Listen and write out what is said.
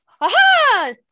Aha